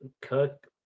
cook